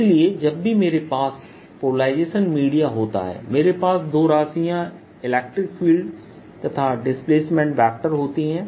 इसलिए जब भी मेरे पास पोलराइजेशन मीडिया होता है मेरे पास दो राशियां Eतथा D होती हैं